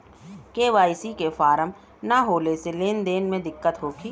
KYC के form न होले से लेन देन में दिक्कत होखी?